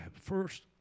first